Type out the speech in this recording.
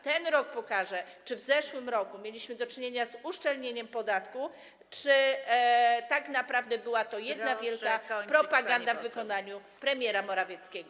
Ten rok pokaże, czy w zeszłym roku mieliśmy do czynienia z uszczelnieniem podatku, czy tak naprawdę była to jedna wielka propaganda w wykonaniu premiera Morawieckiego.